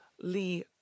Lee